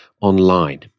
online